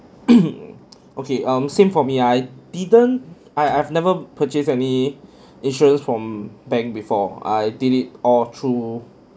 okay um same for me I didn't I I've never purchased any insurance from bank before I did it all through